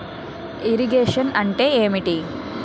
Irrigation అంటే ఏంటీ?